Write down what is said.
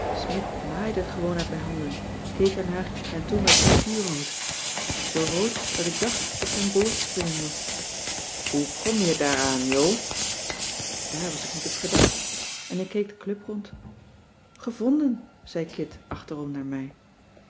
smidt maaide het gewoon uit mijn handen keek er naar en toen werd hij vuurrood zoo rood dat ik dacht dat zijn boord springen moest hoe kom je daaraan jo daar was ik niet op verdacht en ik keek de club rond gevonden zei kit achterom naar mij